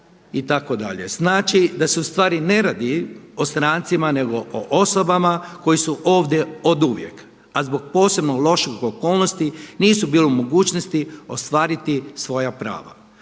itd. Znači da se ustvari ne radi o strancima nego o osobama koje su ovdje oduvijek a zbog posebno loših okolnosti nisu bili u mogućnosti ostvariti svoja prava.